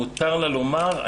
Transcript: מותר לה לומר,